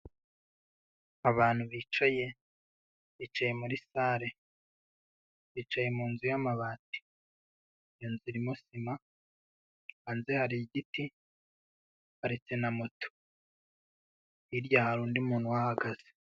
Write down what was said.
Abantu bicaye, bicaye muri sale, bicaye munzu y'amabati, iyo nzi irimo sima, hanze hari igiti, haparitse na moto, hirya hari undi muntu uhahagaze.